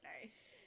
nice